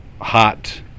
hot